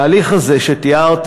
ההליך הזה שתיארתי,